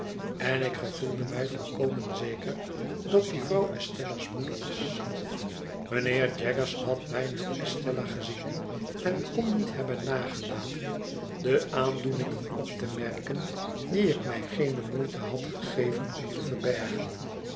en ik gevoelde mij volkomen zeker dat die vrouw estella's moeder was mijnheer jaggers had mij met estella gezien en kon niet hebben nagelaten de aandoeningen op te merken die ik mij geene moeite had gegeven om te verbergen